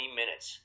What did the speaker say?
minutes